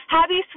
Happy